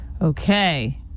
Okay